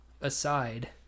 aside